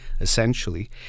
essentially